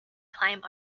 climb